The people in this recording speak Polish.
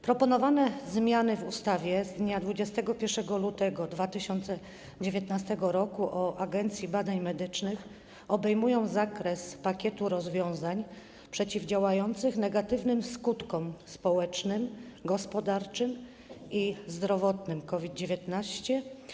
Proponowane zmiany w ustawie z dnia 21 lutego 2019 r. o Agencji Badań Medycznych obejmują zakres pakietu rozwiązań przeciwdziałających negatywnym skutkom społecznym, gospodarczym i zdrowotnym COVID-19.